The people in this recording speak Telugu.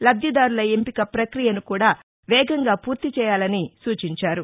లబ్దిదారుల ఎంపిక ప్రక్రియను కూడా వేగంగా పూర్తి చేయాలని సూచించారు